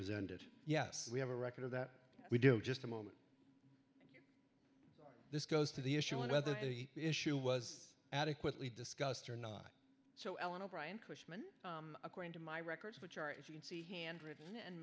was ended yes we have a record of that we do just a moment this goes to the issue of whether he issue was adequately discussed or not so i want to brian cushman according to my records which are if you can see handwritten and